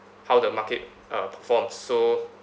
how the market uh perform so